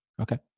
Okay